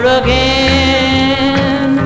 again